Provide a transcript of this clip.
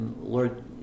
Lord